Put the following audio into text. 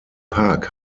park